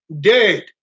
dead